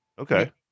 Okay